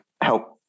help